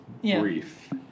brief